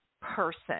Person